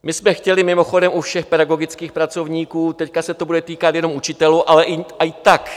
My jsme chtěli mimochodem u všech pedagogických pracovníků, teď se to bude týkat jenom učitelů, ale i tak.